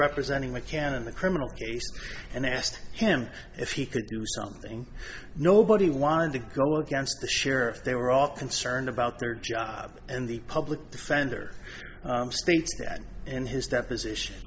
representing mccann in the criminal case and asked him if he could do something nobody wanted to go against the sheriff they were all concerned about their job and the public defender states that in his deposition